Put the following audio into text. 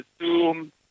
assume